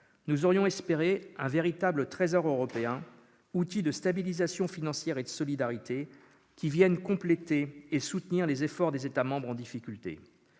Nous aurions espéré un véritable Trésor européen, outil de stabilisation financière et de solidarité qui vienne compléter et soutenir les efforts des États membres en difficulté.